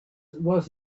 was